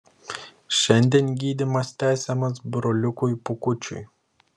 šiandien gydymas tęsiamas broliukui pūkučiui